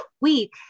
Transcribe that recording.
week